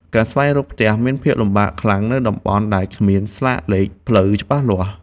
ការស្វែងរកផ្ទះមានភាពលំបាកខ្លាំងនៅតំបន់ដែលគ្មានស្លាកលេខផ្លូវច្បាស់លាស់។